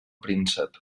príncep